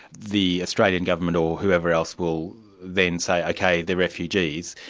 the australian government or whoever else will then say ok, they're refugees.